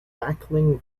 backing